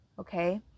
Okay